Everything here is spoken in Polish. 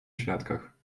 świadkach